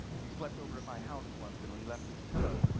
he slept over at my house once, and he left his pillow.